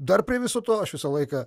dar prie viso to aš visą laiką